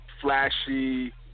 Flashy